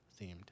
themed